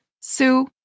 Sue